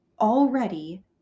already